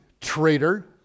traitor